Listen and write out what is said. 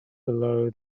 below